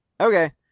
Okay